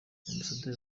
ambasaderi